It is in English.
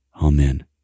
Amen